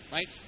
Right